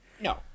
No